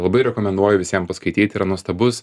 labai rekomenduoju visiem paskaityti yra nuostabus